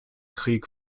krieg